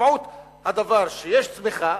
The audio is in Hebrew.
משמעות הדבר היא שיש צמיחה,